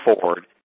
forward